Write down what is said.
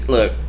Look